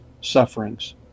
sufferings